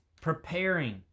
preparing